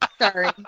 sorry